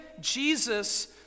Jesus